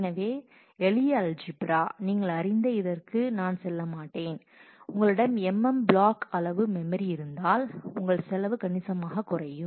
எனவே எளிய அல்ஜிப்ரா நீங்கள் அறிந்த இதற்கு நான் செல்ல மாட்டேன் உங்களிடம் M M பிளாக் அளவு மெமரி இருந்தால் உங்கள் செலவு கணிசமாக குறையும்